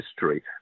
History